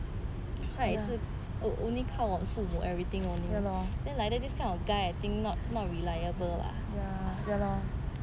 他也是 only 看望父母 everything only then like that this kind of guy I think not not reliable lah